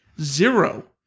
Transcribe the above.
zero